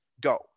go